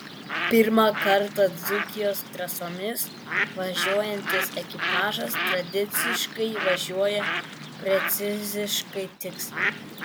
pirmą kartą dzūkijos trasomis važiuojantis ekipažas tradiciškai važiuoja preciziškai tiksliai